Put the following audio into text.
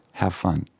have fun.